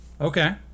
Okay